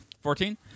Fourteen